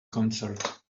concert